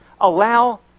Allow